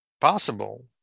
possible